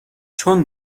چون